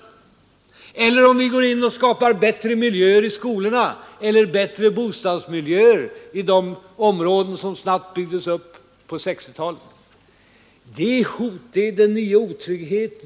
Innebär det en ny otrygghet och ett hot mot individualismen om vi skapar bättre miljöer i skolorna eller bättre bostadsmiljöer i de områden som snabbt byggdes upp på 1960-talet?